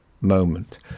moment